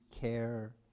care